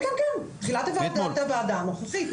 כן, כן, תחילת עבודת הוועדה הנוכחית.